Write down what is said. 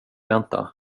vänta